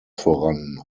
voran